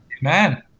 Amen